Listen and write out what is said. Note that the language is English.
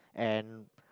and